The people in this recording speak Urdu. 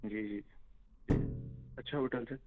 جی جی جی اچھا ہوٹلس ہے